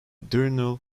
diurnal